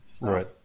Right